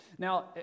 Now